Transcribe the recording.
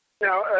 now